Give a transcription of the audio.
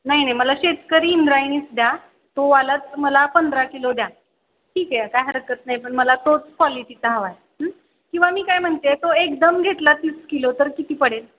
नाही नाही मला शेतकरी इंद्रायणीच द्या तो वालाच मला पंधरा किलो द्या ठीक आहे काय हरकत नाही पण मला तोच क्वालिटीचा हवा आहे किंवा मी काय म्हणते तो एकदम घेतला तीस किलो तर किती पडेल